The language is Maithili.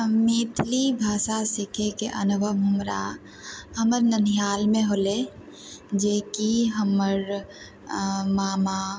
मैथिली भाषा सिखैके अनुभव हमरा हमर ननिहालमे होलै जेकि हमर मामा